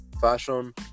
Fashion